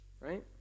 right